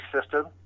system